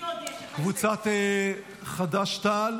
קבוצת חד"ש-תע"ל,